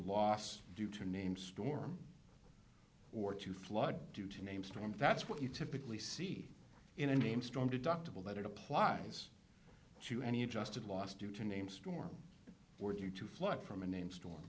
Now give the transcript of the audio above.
loss due to name storm or to flood due to name storms that's what you typically see in a named storm deductible that it applies to any adjusted loss due to name storm or due to flood from a named storm